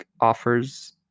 offers